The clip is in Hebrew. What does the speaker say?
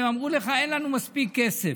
והם אמרו לך: אין לנו מספיק כסף,